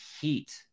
heat